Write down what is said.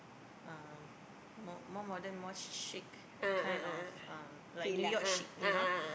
um more more modern more chic kind of um like New-York chic you know